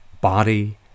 body